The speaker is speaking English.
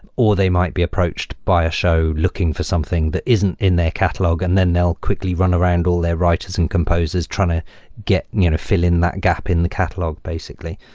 or they might be approached by a show looking for something that isn't in their catalog and then they'll quickly runaround all their writers and composes trying to you know fill in that gap in the catalog basically.